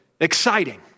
exciting